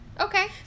Okay